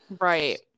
Right